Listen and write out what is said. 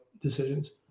decisions